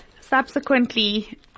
Subsequently